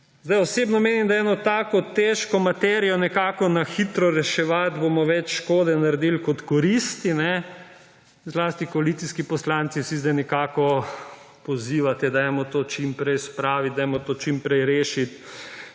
s tem, da eno tako težko materijo nekako na hitro rešujemo, naredili več škode kot koristi. Zlasti koalicijski poslanci vsi zdaj nekako pozivate, dajmo to čim prej spraviti, dajmo to čim prej rešiti,